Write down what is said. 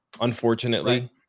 unfortunately